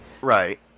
Right